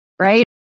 Right